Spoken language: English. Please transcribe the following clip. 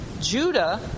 Judah